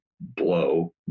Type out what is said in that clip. blow